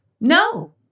No